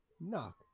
knock